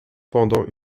pendant